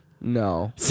No